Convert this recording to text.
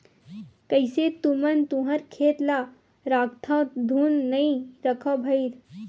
कइसे तुमन तुँहर खेत ल राखथँव धुन नइ रखव भइर?